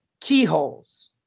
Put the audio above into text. keyholes